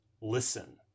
listen